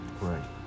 Right